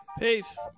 Peace